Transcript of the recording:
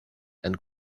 and